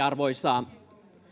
arvoisa